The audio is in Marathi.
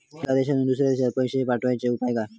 एका देशातून दुसऱ्या देशात पैसे पाठवचे उपाय काय?